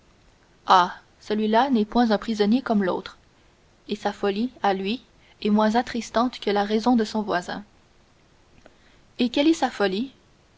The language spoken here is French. ah celui-là n'est point un prisonnier comme l'autre et sa folie à lui est moins attristante que la raison de son voisin et quelle est sa folie